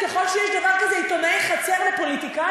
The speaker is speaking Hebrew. ככל שיש דבר כזה עיתונאי חצר ופוליטיקאים,